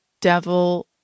devil